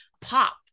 pop